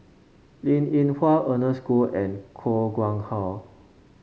Linn In Hua Ernest Goh and Koh Nguang How